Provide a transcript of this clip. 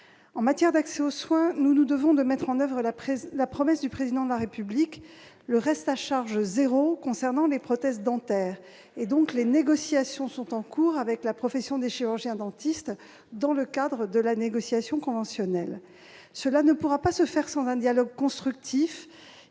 En matière d'accès aux soins, nous nous devons de mettre en oeuvre la promesse du Président de la République : le reste à charge zéro concernant les prothèses dentaires. Des négociations sont donc en cours avec la profession des chirurgiens-dentistes dans le cadre de la négociation conventionnelle. Cela ne pourra pas se faire sans un dialogue constructif